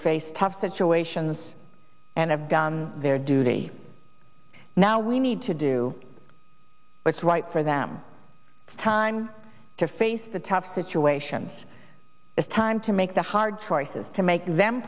face tough situations and have done their duty now we need to do what's right for them time to face the tough situations it's time to make the hard choices to make them